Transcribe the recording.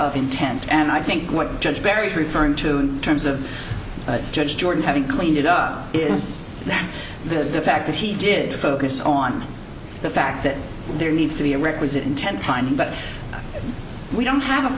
of intent and i think what judge perry is referring to terms of judge jordan having cleaned it up is the fact that he did focus on the fact that there needs to be a requisite intent time but we don't have a